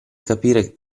capire